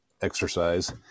exercise